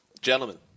Gentlemen